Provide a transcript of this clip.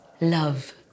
love